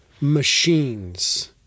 machines